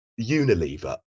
unilever